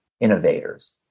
innovators